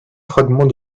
fragment